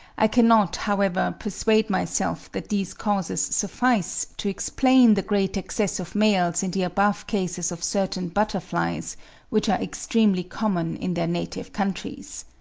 i cannot, however, persuade myself that these causes suffice to explain the great excess of males, in the above cases of certain butterflies which are extremely common in their native countries.